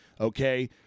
okay